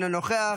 אינו נוכח,